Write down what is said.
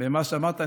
ממה שאמרת.